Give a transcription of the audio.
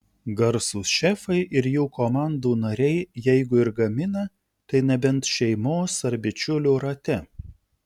garsūs šefai ir jų komandų nariai jeigu ir gamina tai nebent šeimos ar bičiulių rate